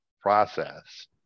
process